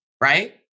Right